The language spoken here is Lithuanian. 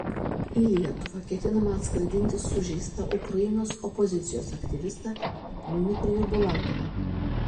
į lietuvą ketinama atskraidinti sužeistą ukrainos opozicijos aktyvistą dmitrijų bulatovą